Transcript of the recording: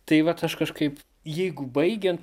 tai vat aš kažkaip jeigu baigiant